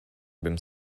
bym